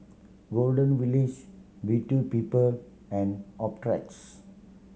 Golden Village Beauty People and Optrex